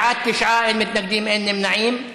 בעד תשעה, אין מתנגדים, אין נמנעים.